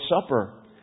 Supper